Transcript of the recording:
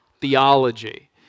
theology